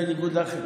בניגוד אלייך,